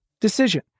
decision